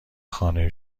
خانه